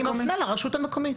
היא מפנה לרשות המקומית.